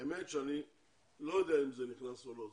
האמת שאני לא יודע אם זה נכנס או לא.